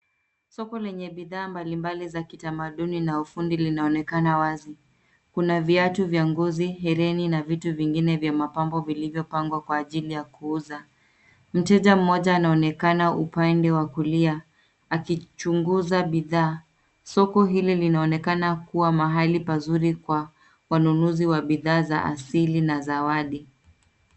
Soko lenye bidhaa mbalimbali za kitamaduni na ufundi linaonekana wazi. Kuna viatu vya ngozi hereni na vitu vingine vya mapambo vilivyopangwa kwa ajili ya kuuza. Mteja mmoja anaonekana upande wa kulia aki chunguza bidhaa. Soko hili linaonekana kuwa mahali pazuri pa wanunuzi wa bidhaa za asili na za awali.